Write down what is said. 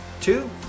Two